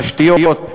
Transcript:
תשתיות,